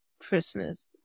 christmas